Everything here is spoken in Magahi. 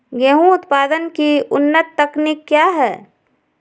गेंहू उत्पादन की उन्नत तकनीक क्या है?